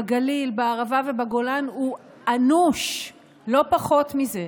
בגליל, בערבה ובגולן הוא אנוש, לא פחות מזה.